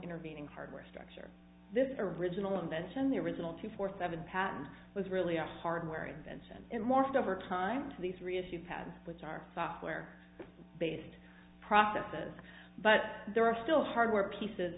intervening hardware structure this original invention the original two four seven patent was really a hardware invention in morphed over time to these reissue patents which are software based processes but there are still hardware pieces